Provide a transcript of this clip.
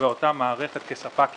באותה מערכת כספק יחיד.